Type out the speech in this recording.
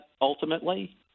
ultimately